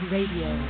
Radio